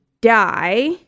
die